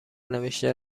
نوشته